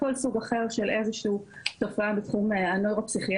כל סוג אחר של איזשהו תופעה בתחום הנוירו-פסיכיאטרית,